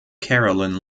carolyn